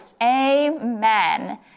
Amen